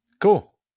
Cool